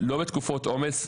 לא בתקופות עומס.